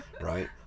right